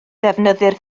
defnyddir